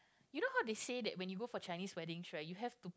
you know how they say that when you go for Chinese weddings right you have to